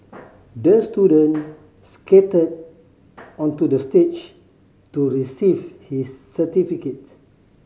the student skated onto the stage to receive his certificate